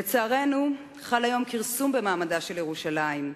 לצערנו, חל היום כרסום במעמדה של ירושלים.